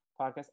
podcast